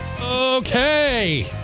Okay